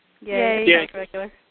Yay